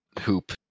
hoop